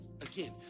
Again